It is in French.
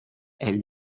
elle